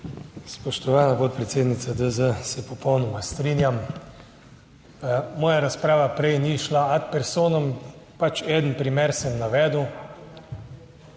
Spoštovana podpredsednica DZ, se popolnoma strinjam. Moja razprava prej ni šla ad personam, pač en primer sem navedel